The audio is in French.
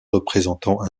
représentant